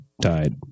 died